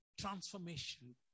transformation